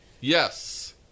Yes